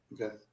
Okay